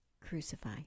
crucify